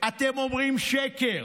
אתם אומרים "שקר",